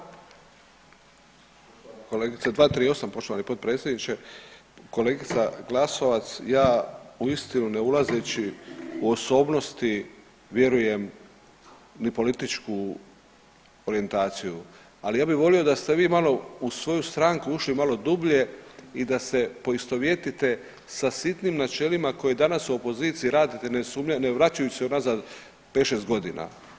Kolegice 238. poštovani potpredsjedniče, kolegica Glasovac ja uistinu ne ulazeći u osobnosti vjerujem ni političku orijentaciju, ali ja bih volio da ste vi malo u svoju stranku ušli malo dublje i da se poistovjetite sa sitnim načelima koje danas u opoziciji radite ne vraćajući se unazad pet, šest godina.